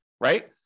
right